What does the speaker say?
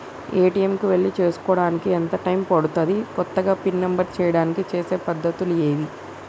ATM కు వెళ్లి చేసుకోవడానికి ఎంత టైం పడుతది? కొత్తగా పిన్ నంబర్ చేయడానికి చేసే పద్ధతులు ఏవి?